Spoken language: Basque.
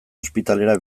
ospitalera